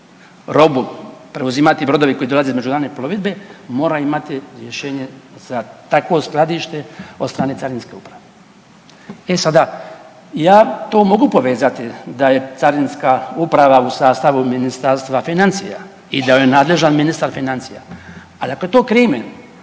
robu preuzimati brodovi koji dolaze iz međunarodne plovidbe mora imati rješenje za takvo skladište od strane Carinske uprave. E sada, ja to mogu to povezati da je Carinska uprava u sastavu Ministarstva financija i da joj je nadležan ministar financija, ali ako je to krimen